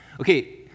Okay